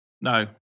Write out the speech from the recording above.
No